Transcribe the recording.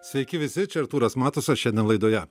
sveiki visi čia artūras matusas šiandien laidoje